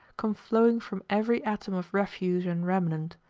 come flowing from every atom of refuse and remnant.